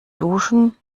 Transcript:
duschen